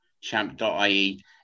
Champ.ie